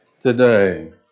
today